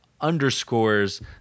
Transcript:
underscores